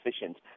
efficient